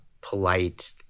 polite